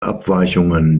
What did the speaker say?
abweichungen